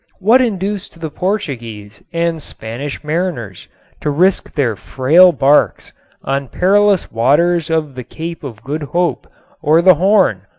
what induced the portuguese and spanish mariners to risk their frail barks on perilous waters of the cape of good hope or the horn?